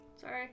Sorry